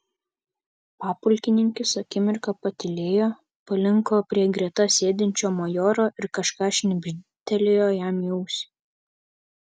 papulkininkis akimirką patylėjo palinko prie greta sėdinčio majoro ir kažką šnibžtelėjo jam į ausį